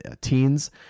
Teens